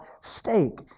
stake